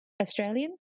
Australian